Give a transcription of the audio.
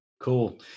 Cool